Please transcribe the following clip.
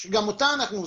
שגם אותה אנחנו עושים.